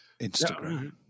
Instagram